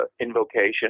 invocation